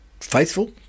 faithful